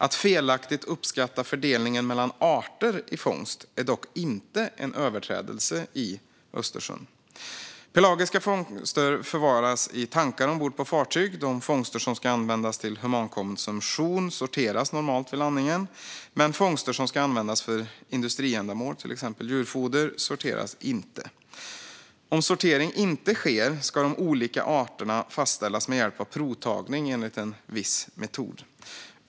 Att felaktigt uppskatta fördelningen mellan arter i en fångst är dock inte en överträdelse i Östersjön. Pelagiska fångster förvaras i tankar ombord på fartyget. De fångster som ska användas till humankonsumtion sorteras normalt vid landningen, men de fångster som ska användas för industriändamål, till exempel djurfoder, sorteras inte. Om sortering inte sker ska de olika arterna fastställas med hjälp av provtagning enligt en viss metod.